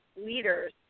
leaders